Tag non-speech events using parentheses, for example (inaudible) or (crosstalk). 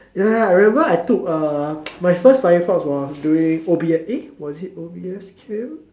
ya ya I remember I took uh (noise) my first flying fox was doing O_B_S eh was it O_B_S camp